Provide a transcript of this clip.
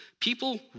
People